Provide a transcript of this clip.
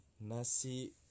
Nasi